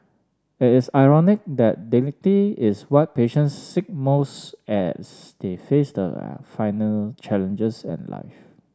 it is ironic that dignity is what patients seek most as they face their final challenges in life